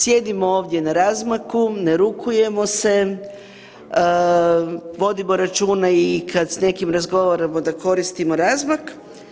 Sjedimo ovdje na razmaku, ne rukujemo se, vodimo računa i kad s nekime razgovaramo da koristimo razmak.